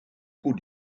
pour